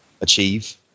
achieve